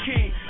King